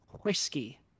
whiskey